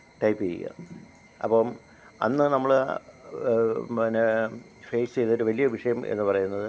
type ചെയ്യുക അപ്പം അന്ന് നമ്മൾ പന്നെ ഫേസ് ചെയ്ത ഒരു വലിയ വിഷയം എന്ന് പറയുന്നത്